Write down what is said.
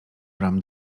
bram